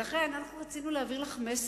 ולכן, אנחנו רצינו להעביר לך מסר,